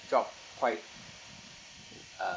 job quite uh